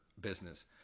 business